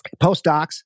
postdocs